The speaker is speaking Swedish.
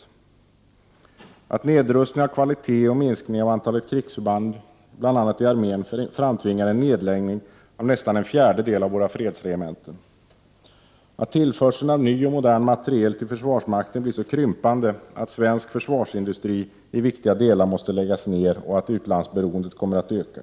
Vidare är det så att nedrustning av kvalitet och minskning av antalet krigsförband, bl.a. i armén, framtvingar en nedläggning av nästan en fjärdedel av våra fredsregementen, att tillförsel av ny och modern materiel till försvarsmakten blir så krympande att svensk försvarsindustri i viktiga delar måste läggas ned och att utlandsberoendet kommer att öka.